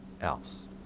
else